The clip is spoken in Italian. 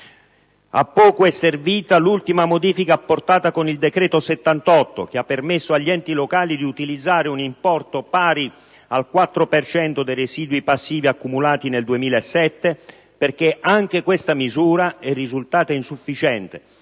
A poco è servita l'ultima modifica apportata con il decreto-legge 1° luglio 2009, n. 78, che ha permesso agli enti locali di utilizzare un importo pari al 4 per cento dei residui passivi accumulati al 2007, perché anche questa misura è risultata insufficiente,